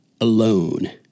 alone